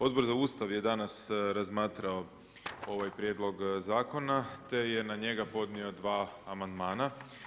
Odbor za Ustav je danas razmatrao ovaj prijedlog zakona te je na njega podnio dva amandmana.